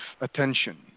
attention